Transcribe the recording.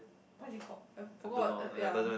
what is it called I forgot ya